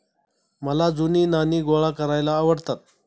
मला जुनी नाणी गोळा करायला आवडतात